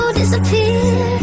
disappear